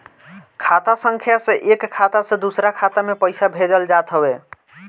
खाता संख्या से एक खाता से दूसरा खाता में पईसा भेजल जात हवे